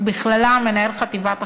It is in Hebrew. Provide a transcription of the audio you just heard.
ובכללם מנהל חטיבת החדשות.